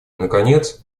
наконец